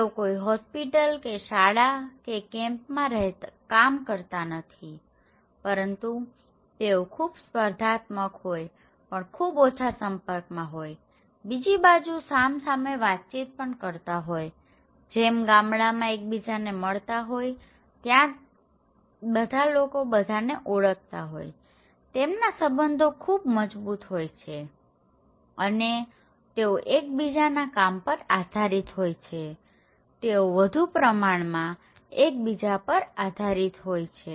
તેઓ કોઇ હોસ્પિટલ કે શાળા કે કમ્પની માં કામ કરતાં નથીપરંતુ તેઓ ખૂબ સ્પર્ધાત્મક હોય પણ ખૂબ ઓછા સંપર્કમાં હોય છેબીજી બાજુ સામસામે વાતચીત પણ કરતા હોયજેમ ગામડાંમાં એકબીજાને મળતા હોય છેત્યાં બધા લોકો બધાને ઓળખતા હોયતેમના સંબંધો ખૂબ મજબુત હોય છે અને તેઓ એકબીજાના કામ પર આધારીત હોય છેતેઓ વધુ પ્રમાણમાં એકબીજા પર આધારીત હોય છે